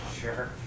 Sure